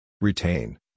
Retain